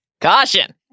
caution